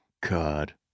god